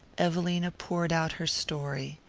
evelina poured out her story.